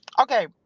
Okay